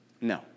No